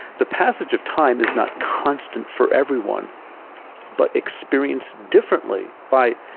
the passage of time is not constant for everyone but experienced differently by,